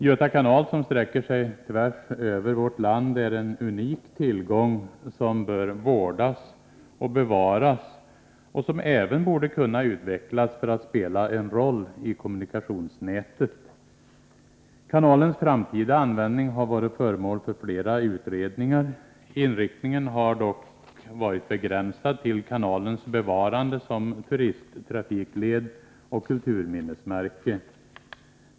Göta kanal, som sträcker sig tvärs över vårt land, är en unik tillgång som bör vårdas och bevaras, och som även borde kunna utvecklas för att spela en roll i kommunikationsnätet. Kanalens framtida användning har varit föremål för flera utredningar. Inriktningen har dock varit begränsad till kanalens bevarande som turisttrafikled och kulturminnesmärke.